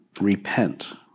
repent